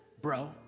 bro